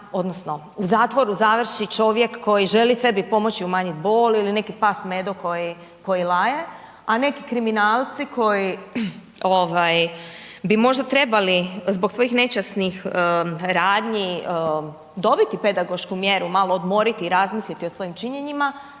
odnosno, u zatvoru završi čovjek koji želi sebi pomoći, umanjiti bol ili neki pas Medo koji laje, a neki kriminalci koji bi možda trebali zbog svojih nečasnih radnji, dobiti pedagošku mjeru, malo odmoriti i razmisliti o svojim činjenjima,